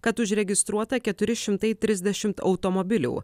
kad užregistruota keturi šimtai trisdešimt automobilių